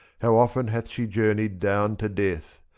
how often hath she journeyed down to death,